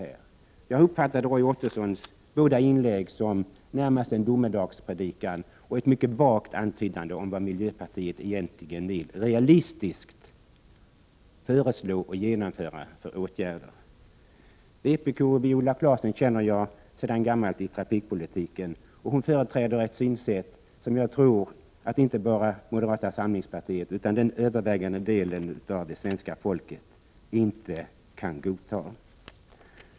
Jag har uppfattat Roy Ottossons båda inlägg som närmast en domedagspredikan och att han endast mycket vagt antytt vilka åtgärder miljöpartiet egentligen realistiskt vill föreslå och genomföra. Vpk:s Viola Claesson känner jag sedan gammalt i trafikpolitiken. Hon företräder ett synsätt som jag tror att inte bara moderata samlingspartiet utan den övervägande delen av det svenska folket inte kan godta.